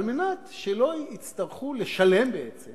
על מנת שלא יצטרכו לשלם בעצם